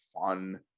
fun